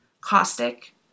caustic